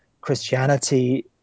Christianity